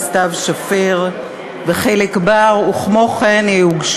התשע"ד 2013, של חברת הכנסת שלי יחימוביץ.